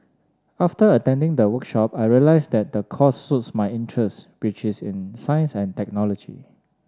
after attending the workshop I realised that the course suits my interest which is in science and technology